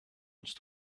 once